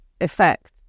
effect